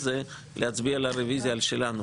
להצביע אחרי זה על הרביזיה שלנו,